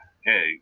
Hey